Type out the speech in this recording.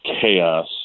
chaos